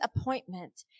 appointment